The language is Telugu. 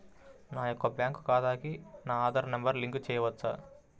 నా యొక్క బ్యాంక్ ఖాతాకి నా ఆధార్ నంబర్ లింక్ చేయవచ్చా?